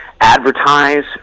advertise